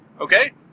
Okay